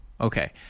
Okay